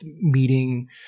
meeting